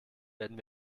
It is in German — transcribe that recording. werden